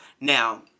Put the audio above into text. now